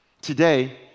Today